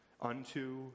unto